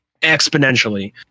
exponentially